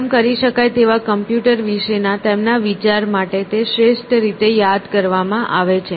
programme કરી શકાય તેવા કમ્પ્યુટર વિશેના તેમના વિચાર માટે તે શ્રેષ્ઠ રીતે યાદ કરવામાં આવે છે